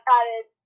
Added